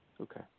Okay